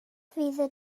fydd